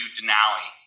Denali